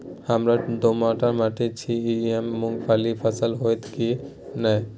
हमर दोमट माटी छी ई में मूंगफली के फसल होतय की नय?